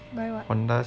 buy what